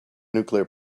nuclear